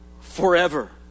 forever